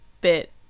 bit